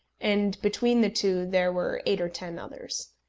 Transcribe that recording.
and between the two there were eight or ten others.